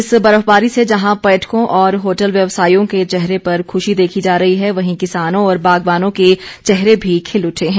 इस बर्फबारी से जहां पर्यटकों और होटल व्यवसायियों के चेहरे पर खुशी देखी जा रही है वहीं किसानों और बागवानों के चेहरे भी खिल उठे हैं